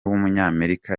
w’umunyamerika